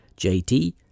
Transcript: JT